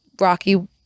rocky